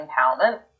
empowerment